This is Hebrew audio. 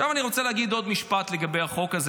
עכשיו אני רוצה להגיד עוד משפט לגבי החוק הזה